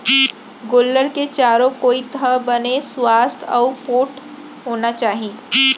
गोल्लर के चारों कोइत ह बने सुवास्थ अउ पोठ होना चाही